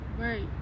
right